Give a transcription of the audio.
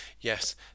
Yes